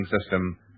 system